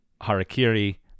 Harakiri